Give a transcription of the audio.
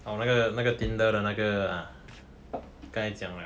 orh 那个那个 Tinder 的那个 ah 该讲 liao